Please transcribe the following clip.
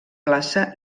plaça